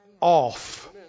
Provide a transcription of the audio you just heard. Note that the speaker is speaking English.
Off